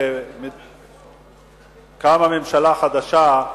כשקמה ממשלה חדשה,